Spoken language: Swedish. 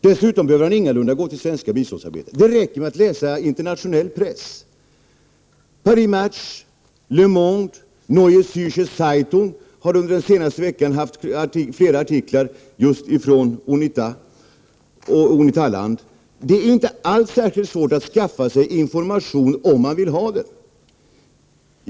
Dessutom behöver han ingalunda gå till svenska biståndsarbetare, det räcker med att läsa internationell press, Paris Match, Le Monde och Neue Zärcher Zeitung har under den senaste veckan haft flera Prot. 1988/89:99 artiklar just om Unita och om Unitaland. Det är inte alls särskilt svårt att 19 april 1989 skaffa sig information om man vill ha den.